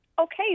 Okay